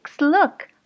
look